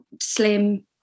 slim